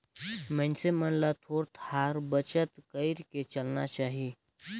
मइनसे मन ल थोर थार बचत कइर के चलना चाही